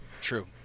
True